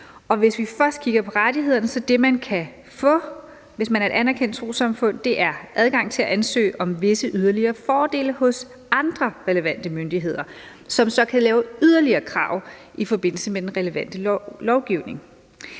Hvis vi først kigger på rettighederne, er det, man kan få, hvis man er et anerkendt trossamfund, adgang til at ansøge om visse yderligere fordele hos andre relevante myndigheder, som så kan lave yderligere krav i forbindelse med den relevante lovgivning.